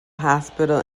hospital